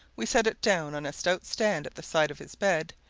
we set it down on a stout stand at the side of his bed,